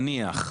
נניח,